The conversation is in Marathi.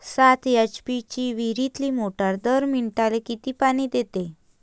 सात एच.पी ची विहिरीतली मोटार दर मिनटाले किती पानी देते?